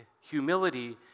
Humility